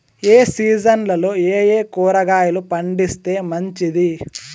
ఏ సీజన్లలో ఏయే కూరగాయలు పండిస్తే మంచిది